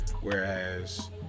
whereas